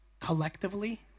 collectively